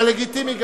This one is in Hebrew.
זה לגיטימי.